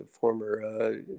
former